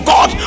God